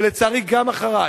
ולצערי גם אחרי,